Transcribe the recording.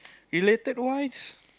related wise